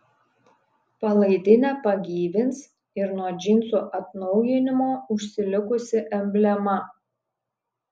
palaidinę pagyvins ir nuo džinsų atnaujinimo užsilikusi emblema